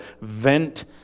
vent